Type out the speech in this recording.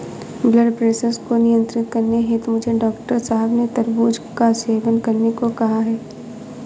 blood pressure को नियंत्रित करने हेतु मुझे डॉक्टर साहब ने तरबूज का सेवन करने को कहा है